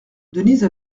denise